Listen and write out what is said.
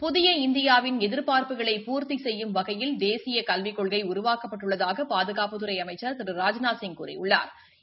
புதிய இந்தியாவின் எதிர்பார்ப்புகளை பூர்த்தி செய்யும் வகையில் தேசிய கல்விக் கொள்கை உருவாக்கப்பட்டுள்ளதாக பாதுகாப்புத் துறை அமைச்ச் திரு ராஜ்நாத்சிங் கூறியுளளாா்